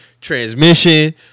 transmission